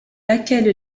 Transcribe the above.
laquelle